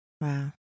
Wow